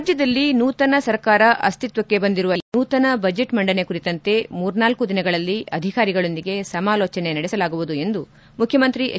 ರಾಜ್ಯದಲ್ಲಿ ನೂತನ ಸರ್ಕಾರ ಅಸ್ತಿತ್ವಕ್ಷೆ ಬಂದಿರುವ ಹಿನ್ನೆಲೆಯಲ್ಲಿ ನೂತನ ಬಜೆಟ್ ಮಂಡನೆ ಕುರಿತಂತೆ ಮೂರ್ನಾಕಲ್ಲು ದಿನಗಳಲ್ಲಿ ಅಧಿಕಾರಿಗಳೊಂದಿಗೆ ಸಮಾಲೋಚನೆ ನಡೆಸಲಾಗುವುದು ಎಂದು ಮುಖ್ಯಮಂತ್ರಿ ಎಚ್